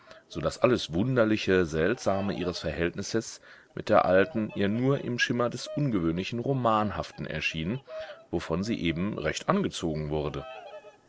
so daß alles wunderliche seltsame ihres verhältnisses mit der alten ihr nur im schimmer des ungewöhnlichen romanhaften erschien wovon sie eben recht angezogen wurde